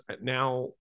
now